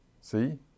See